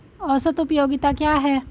औसत उपयोगिता क्या है?